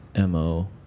MO